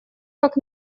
как